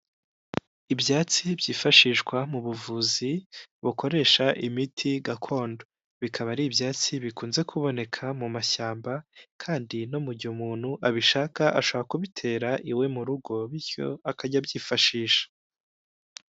Ibyatsi byifashishwa mu buvuzi bukoresha imiti gakondo, bikaba ari ibyatsi bikunze kuboneka mu mashyamba kandi no mugihe umuntu abishaka ashaka kubitera iwe mu rugo bityo akajya abyifashisha.